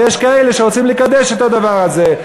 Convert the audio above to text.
ויש כאלה שרוצים לקדש את הדבר הזה.